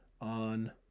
on